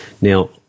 Now